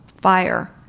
fire